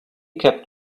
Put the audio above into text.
kept